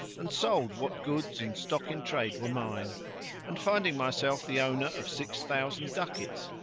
and sold what goods and stock in trade were mine and, finding myself the owner of six thousand ducats,